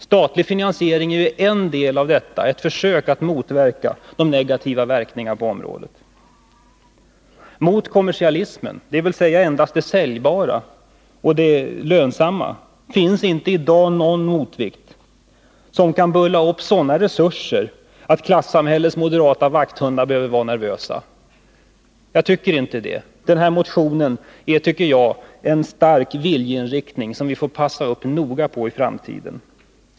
Statlig finansiering är en del av detta, ett försök att motverka de negativa verkningarna på området. Mot kommersialismen, dvs. att man endast producerar det säljbara och lönsamma, finns inte i dag någon motvikt, som kan bulla upp sådana resurser att klassamhällets moderata vakthundar behöver vara nervösa. Jag tycker att den här motionen ger uttryck för en stark viljeinriktning, som vi får passa noga på i framtiden.